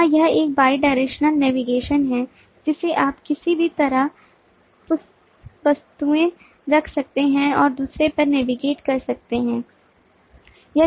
यहाँ यह एक bidirectional नेविगेशन है जिसे आप किसी भी तरफ वस्तुएं रख सकते हैं और दूसरे पर नेविगेट कर सकते हैं